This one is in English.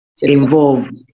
involved